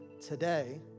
Today